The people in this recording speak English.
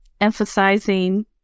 emphasizing